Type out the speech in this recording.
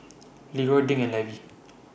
Leeroy Dink and Levy